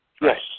Yes